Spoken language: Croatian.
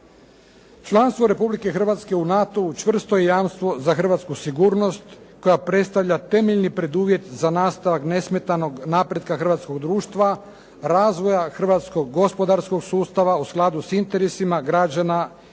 Članstvo Republike Hrvatske u NATO-u čvrsto je jamstvo za hrvatsku sigurnost koja predstavlja temeljni preduvjet za nastavak nesmetanog napretka hrvatskog društva, razvoja hrvatskog gospodarskog sustava u skladu sa interesima građana i